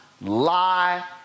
lie